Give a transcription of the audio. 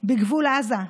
בגבול עזה,